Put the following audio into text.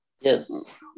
Yes